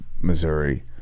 Missouri